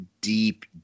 deep